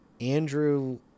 Andrew